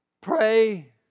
pray